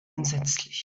entsetzlich